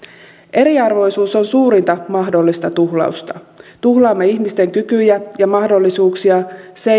eriarvoisuus on suurinta mahdollista tuhlausta tuhlaamme ihmisten kykyjä ja mahdollisuuksia